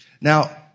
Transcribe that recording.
Now